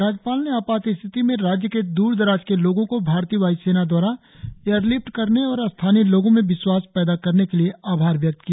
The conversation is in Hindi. राज्यपाल ने आपात स्थिति में राज्य के दूरदराज के लोगो को भारतीय वाय्सेना द्वारा एयर लिफ्ट करने और स्थानीय लोगों में विश्वास पैदा करने के लिए आभार व्यक्त किया